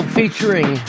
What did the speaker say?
featuring